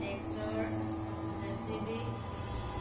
tractor JCB